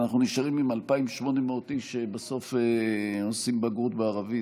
אנחנו נשארים עם 2,800 איש שעושים בסוף בגרות בערבית.